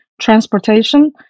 transportation